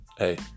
hey